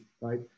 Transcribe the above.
right